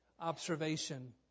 observation